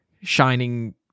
shining